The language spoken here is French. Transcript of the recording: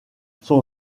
son